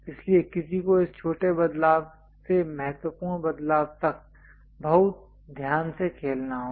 इसलिए किसी को इस छोटे बदलाव से महत्वपूर्ण बदलाव तक बहुत ध्यान से खेलना होगा